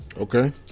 Okay